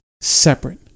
separate